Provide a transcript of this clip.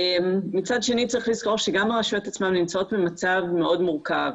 מצד שני צריך לזכור שגם הרשויות עצמן נמצאות במצב מאוד מורכב.